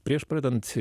prieš pradedant